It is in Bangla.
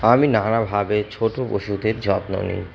আমি নানাভাবে ছোটো পশুদের যত্ন নিই